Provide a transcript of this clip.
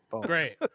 Great